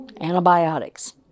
Antibiotics